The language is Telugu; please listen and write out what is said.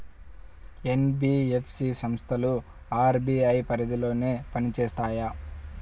ఎన్.బీ.ఎఫ్.సి సంస్థలు అర్.బీ.ఐ పరిధిలోనే పని చేస్తాయా?